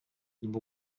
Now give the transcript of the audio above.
number